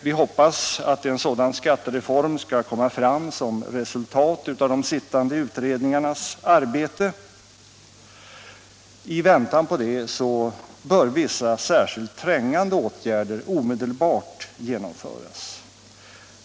Vi hoppas att en sådan skattereform skall komma fram som resultat av de sittande utredningarnas arbete. I väntan på det bör vissa särskilt trängande åtgärder omedelbart genomföras.